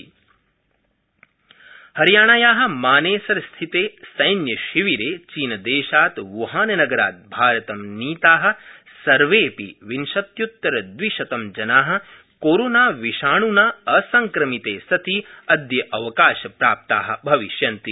corona मानेसरक्षेत्रम् हरियाणाया मानेसरस्थिते सैन्यशिविरे चीनदेशात् वुहाननगरात् भारत नीता सर्वेऽपि विंशत्युत्तरद्विशतं जना कोरोनाविषाणुना असंक्रमिते सति अद्य अवकाश प्राप्ता भविष्यन्ति